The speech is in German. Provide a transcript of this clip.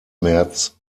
märz